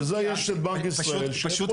בשביל זה יש את בנק ישראל שפונים אליו --- פשוט